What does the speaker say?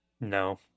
No